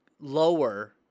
lower